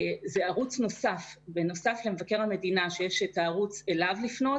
זה ערוץ נוסף שהוא בנוסף למבקר המדינה כאשר יש ערוץ לפנות אליו.